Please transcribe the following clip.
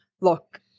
look